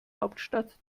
hauptstadt